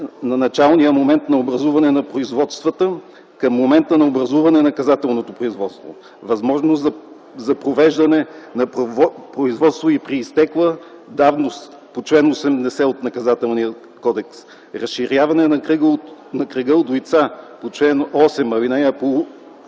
на началния момент на образуване на производствата към момента на образуване на наказателното производство; възможност за провеждане на производство и при изтекла давност по чл. 80 от Наказателния кодекс; разширяване на кръга от лица по чл. 8, ал. 1, получили